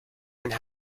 and